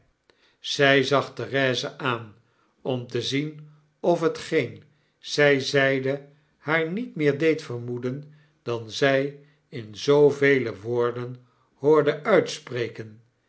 zy zag therese aan om te zien of hetgeen zij zeide haar niet meer deed vermoeden dan zy in zoovele woorden hoorde uitspreken